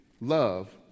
love